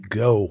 go